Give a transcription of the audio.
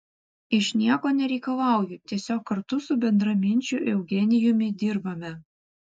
iš nieko nereikalauju tiesiog kartu su bendraminčiu eugenijumi dirbame